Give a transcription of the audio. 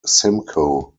simcoe